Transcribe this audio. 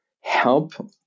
help